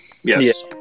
Yes